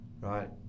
Right